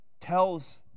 tells